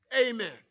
Amen